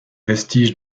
vestiges